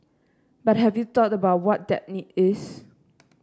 but have you thought about what that need is